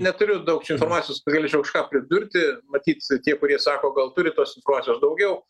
neturiu daug informacijos kad galėčiau kažką pridurti matyt tie kurie sako gal turi tos informacijos daugiau